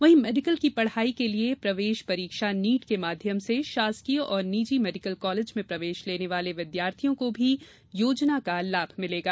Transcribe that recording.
वही मेडिकल की पढाई के लिये प्रवेश परीक्षा नीट के माध्यम से शासकीय और निजी मेडिकल कालेज में प्रवेश लेने वाले विद्यार्थियों को भी योजना का लाभ मिलेगा